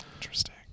Interesting